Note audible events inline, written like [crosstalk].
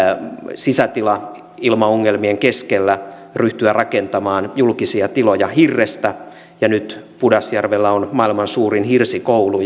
sisäilmaongelmien keskellä ryhtyä rakentamaan julkisia tiloja hirrestä ja nyt pudasjärvellä on maailman suurin hirsikoulu [unintelligible]